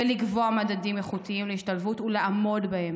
בלקבוע מדדים איכותיים להשתלבות ולעמוד בהם,